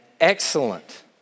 excellent